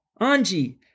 Anji